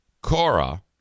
Cora